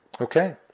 Okay